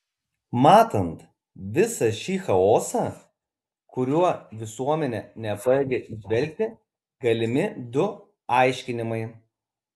matant visą šį chaosą kurio visuomenė nepajėgia įveikti galimi du aiškinimai